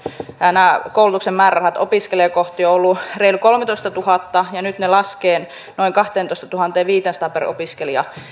nämä koulutuksen määrärahat opiskelijaa kohti ovat olleet reilu kolmetoistatuhatta ja nyt ne laskevat noin kahteentoistatuhanteenviiteensataan per opiskelija